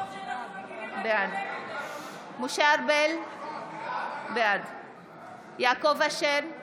בעד משה ארבל, בעד יעקב אשר,